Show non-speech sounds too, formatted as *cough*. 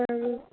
*unintelligible*